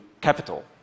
capital